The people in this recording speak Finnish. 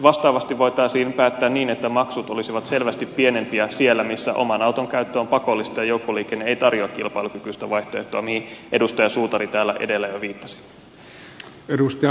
vastaavasti voitaisiin päättää niin että maksut olisivat selvästi pienempiä siellä missä oman auton käyttö on pakollista ja joukkoliikenne ei tarjoa kilpailukykyistä vaihtoehtoa mihin edustaja suutari täällä edellä jo viittasi